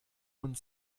und